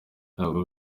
ntabwo